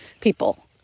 people